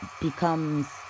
becomes